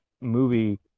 movie